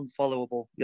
unfollowable